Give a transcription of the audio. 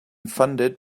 funded